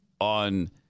on